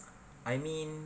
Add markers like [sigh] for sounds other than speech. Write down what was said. [noise] I mean